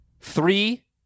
three